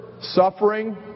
suffering